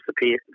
disappear